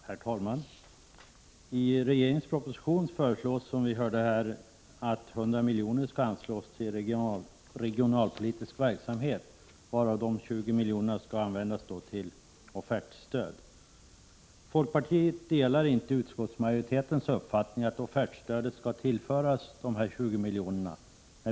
Herr talman! I regeringens proposition föreslås, som vi hörde här, att 100 miljoner skall anslås till regionalpolitisk verksamhet, varav 20 miljoner skall användas till offertstöd. Folkpartiet delar inte utskottsmajoritetens uppfattning att offertstödet skall tillföras dessa 20 miljoner.